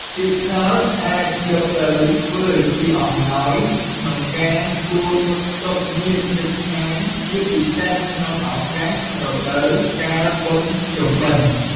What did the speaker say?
ទៀតសោតអាចយកទៅធ្វើជាអំណោយក្នុងការសួរសុខទុក្ខញាតិជិតខាងជាពិសេសក្នុងឧកាសរដូវកាលបុណ្យភ្ជុំបុណ្ឌ។